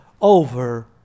over